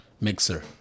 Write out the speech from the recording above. Mixer